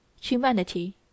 humanity